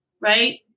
right